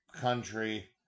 country